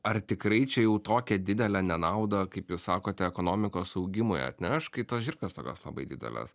ar tikrai čia jau tokią didelę nenaudą kaip jūs sakote ekonomikos augimui atneš kai tos žirklės tokios labai didelės